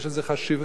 יש לזה חשיבות,